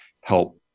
help